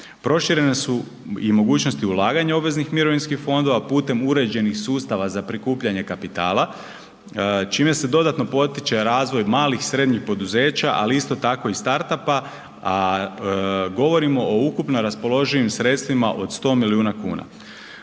Proširene su i mogućnosti ulaganja obveznih mirovinskih fondova putem uređenih sustava za prikupljanje kapitala čime se dodatno potiče razvoj malih, srednjih poduzeća ali isto tako i startup-a, govorimo o ukupno raspoloživim sredstvima od 100 milijuna kuna.